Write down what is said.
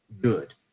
good